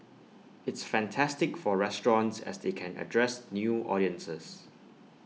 it's fantastic for restaurants as they can address new audiences